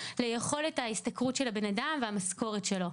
ליכולת ההשתכרות של הבן אדם והמשכורת שלו.